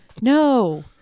No